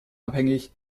abhängig